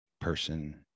person